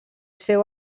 seu